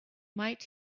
might